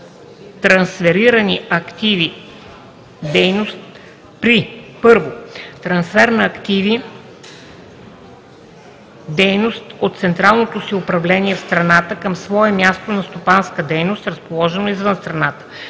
трансфер на активи/дейност от централното си управление в страната към свое място на стопанска дейност, разположено извън страната;